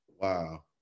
Wow